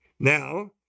Now